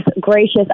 gracious